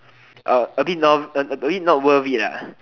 a bit not a bit not worth it lah